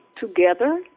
together